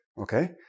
okay